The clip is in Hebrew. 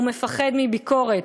הוא מפחד מביקורת,